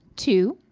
two